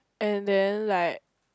and then like